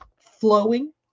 flowing